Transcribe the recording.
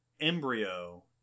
embryo